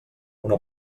una